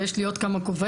ויש לי עוד כמה כובעים.